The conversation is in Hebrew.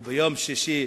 או ביום שישי,